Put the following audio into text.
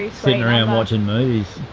sitting around and watching movies.